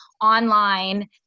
online